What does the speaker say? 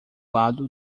lado